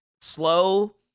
slow